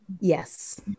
Yes